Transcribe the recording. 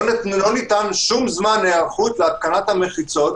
לא ניתן שום זמן היערכות להתקנת המחיצות.